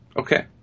Okay